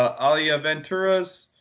alliaventuras.